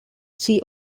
see